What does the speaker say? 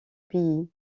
pays